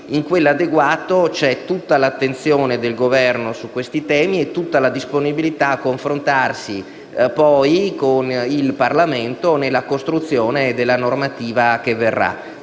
termine "adeguato" c'è tutta l'attenzione del Governo su questi temi e tutta la disponibilità a confrontarsi poi con il Parlamento nella costruzione della futura normativa.